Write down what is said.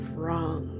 wrong